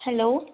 hello